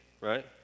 right